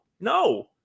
no